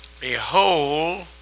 Behold